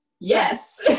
Yes